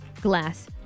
glass